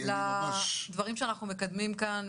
לדברים שאנחנו מקדמים כאן,